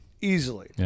easily